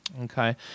Okay